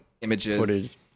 images